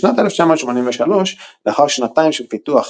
בשנת 1983, לאחר שנתיים של פיתוח